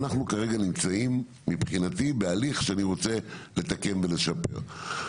אנחנו כרגע נמצאים מבחינתי בהליך שאני רוצה לתקן ולשפר.